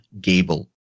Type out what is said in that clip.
Gable